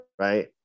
Right